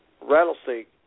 rattlesnake